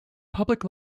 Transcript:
public